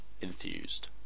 enthused